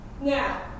Now